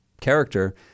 character